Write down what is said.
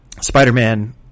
Spider-Man